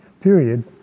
period